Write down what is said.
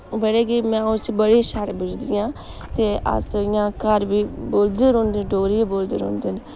बड़े गै आं'ऊ इस्सी बड़ी गै शैल बुझदी आं ते अस इ'यां घर बी बोलदे रौह्ंदे न डोगरी गै बोलदे रौह्ंदे न